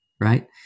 right